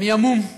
אני המום.